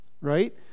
right